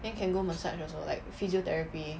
then can go massage also like physiotherapy